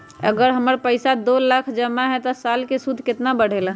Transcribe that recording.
अगर हमर पैसा दो लाख जमा है त साल के सूद केतना बढेला?